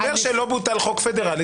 הוא אומר שלא בוטל חוק פדרלי,